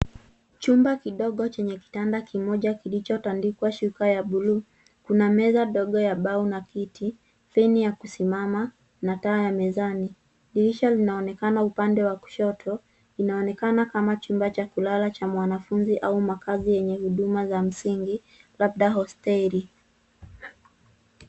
Chumba kidogo chenye kitanda kimoja, kilichotandikwa shuka ya bluu. Kuna meza ndogo ya mbao na kiti, feni ya kusimama na taa ya mezani. Dirisha linaonekana upande wa kushoto, inaonekana kama chumba cha kulala cha mwanafunzi au makazi yenye huduma za msingi labda hosteli.